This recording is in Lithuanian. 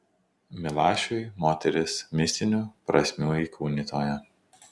milašiui moteris mistinių prasmių įkūnytoja